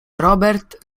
robert